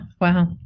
wow